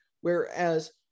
whereas